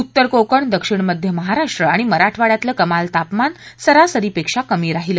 उत्तर कोकण दक्षिण मध्य महाराष्ट्र आणि मराठवाड्यातलं कमाल तापमान सरासरीपेक्षा कमी राहिलं